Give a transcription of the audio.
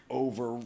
over